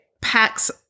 packs